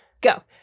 go